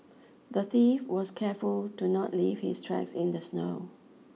the thief was careful to not leave his tracks in the snow